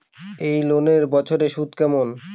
এই লোনের বছরে সুদ কেমন?